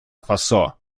фасо